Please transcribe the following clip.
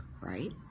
right